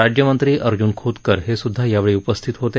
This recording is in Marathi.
राज्यमंत्री अर्ज्न खोतकर हे सुद्धा यावेळी उपस्थित होते